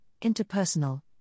interpersonal